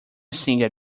singer